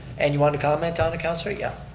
and you want to comment on it councilor? yeah.